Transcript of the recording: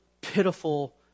pitiful